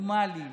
נורמליים